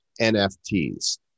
NFTs